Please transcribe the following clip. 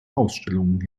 ausstellungen